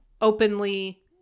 openly